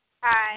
Hi